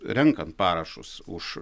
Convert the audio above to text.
renkant parašus už